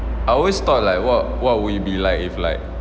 I always thought like what what would you be like if like